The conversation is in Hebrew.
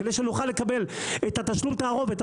כדי שנוכל לקבל את תשלום התערובת.